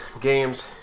games